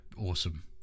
awesome